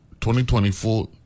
2024